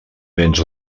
béns